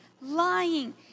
lying